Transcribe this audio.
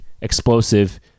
explosive